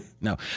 No